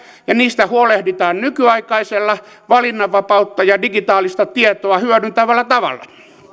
ja niistä huolehditaan nykyaikaisella valinnanvapautta ja digitaalista tietoa hyödyntävällä tavalla